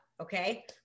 okay